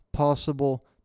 Possible